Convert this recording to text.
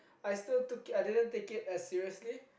I still took it I didn't take it as seriously